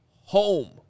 home